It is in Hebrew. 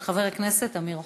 של חבר הכנסת אמיר אוחנה.